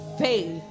faith